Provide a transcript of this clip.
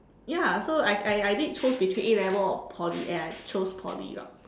ya so I I I did choose between A-level or Poly and I chose Poly route